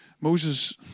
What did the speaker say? Moses